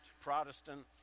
Protestant